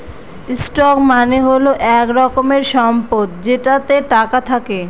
stock মানে হল এক রকমের সম্পদ যেটাতে টাকা থাকে